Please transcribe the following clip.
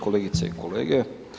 Kolegice i kolege.